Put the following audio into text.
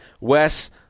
Wes